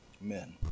amen